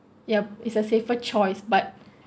yup it's a safer choice but